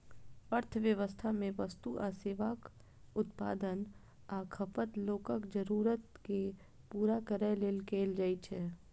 अर्थव्यवस्था मे वस्तु आ सेवाक उत्पादन आ खपत लोकक जरूरत कें पूरा करै लेल कैल जाइ छै